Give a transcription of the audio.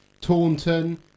taunton